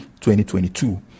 2022